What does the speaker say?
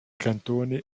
cantoni